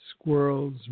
squirrels